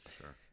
Sure